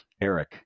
Eric